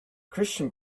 christian